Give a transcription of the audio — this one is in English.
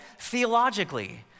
theologically